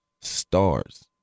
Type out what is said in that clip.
stars